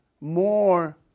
more